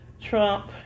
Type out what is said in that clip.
Trump